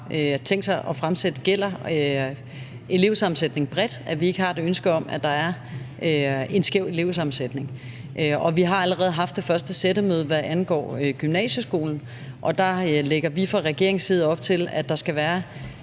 tænkt sig at fremlægge, gælder elevsammensætningen bredt, for vi har ikke et ønske om, at der er en skæv elevsammensætning. Vi har allerede haft det første sættemøde, hvad angår gymnasieskolen, og der lægger vi fra regeringens side op til, at der skal være